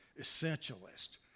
essentialist